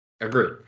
Agreed